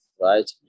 right